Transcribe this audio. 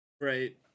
Right